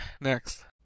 next